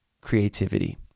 creativity